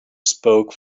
spoke